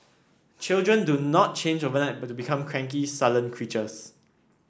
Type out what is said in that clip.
children do not change overnight but become cranky sullen creatures